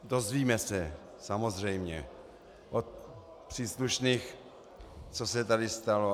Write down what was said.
Dozvíme se, samozřejmě, od příslušných, co se tady stalo.